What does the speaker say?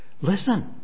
listen